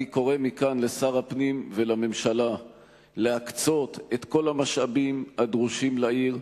אני קורא מכאן לשר הפנים ולממשלה להקצות את כל המשאבים הדרושים לעיר,